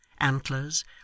antlers